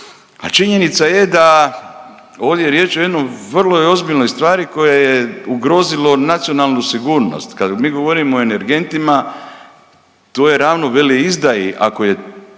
A činjenica je da ovdje je riječ o jednoj vrlo ozbiljnoj stvari koje je ugrozilo nacionalnu sigurnost kada mi govorimo o energentima to je ravno veleizdaji ako je